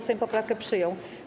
Sejm poprawkę przyjął.